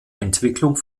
entwicklung